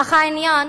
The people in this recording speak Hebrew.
אך העניין